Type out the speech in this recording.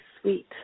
sweet